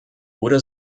wurde